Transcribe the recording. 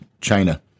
China